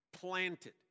planted